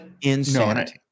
insanity